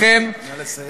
נא לסיים.